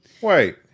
Wait